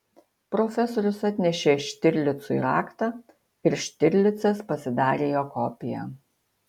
profesorius atnešė štirlicui raktą ir štirlicas pasidarė jo kopiją